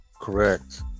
Correct